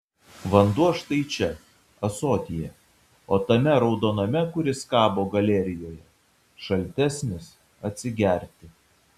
vanduo štai čia ąsotyje o tame raudoname kuris kabo galerijoje šaltesnis atsigerti